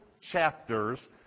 chapters